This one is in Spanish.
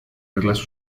reglas